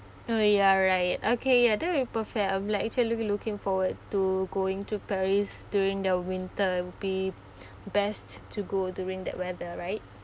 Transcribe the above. oh ya right okay ya that will perfect I'm like actually loo~ looking forward to going to paris during the winter be best to go during that weather right